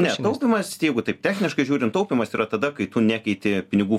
ne taupymas jeigu taip techniškai žiūrint taupymas yra tada kai tu nekeiti pinigų